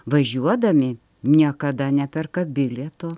važiuodami niekada neperka bilieto